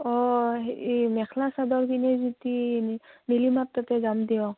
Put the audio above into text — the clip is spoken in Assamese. অঁ হে এই মেখলা চাদৰ কিনে যদি নীলিমাৰ তাতে যাম দিয়ক